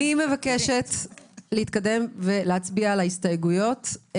אני מבקשת להתקדם ולהצביע על ההסתייגויות.